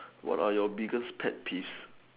what are your biggest pet peeves